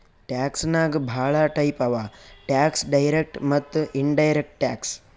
tax ನಾಗ್ ಭಾಳ type ಅವಾ ಟ್ಯಾಕ್ಸ್ ಡೈರೆಕ್ಟ್ ಮತ್ತ ಇನಡೈರೆಕ್ಟ್ ಟ್ಯಾಕ್ಸ್